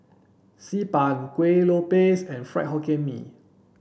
Xi Ban Kuih Lopes and Fried Hokkien Mee